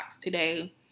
today